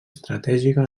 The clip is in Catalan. estratègica